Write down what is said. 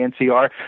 NCR